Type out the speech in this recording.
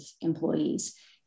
employees